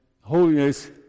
holiness